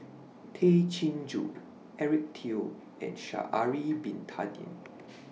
Tay Chin Joo Eric Teo and Sha'Ari Bin Tadin